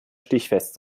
stichfest